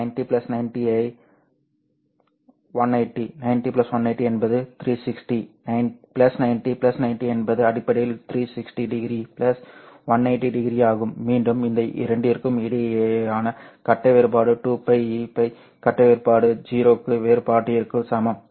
90 90 ஐ 180 90 180 என்பது 360 90 90 என்பது அடிப்படையில் 360 டிகிரி 180 டிகிரி ஆகும் மீண்டும் இந்த இரண்டிற்கும் இடையேயான கட்ட வேறுபாடு 2л 2л கட்ட வேறுபாடு 0 கட்ட வேறுபாட்டிற்கு சமம்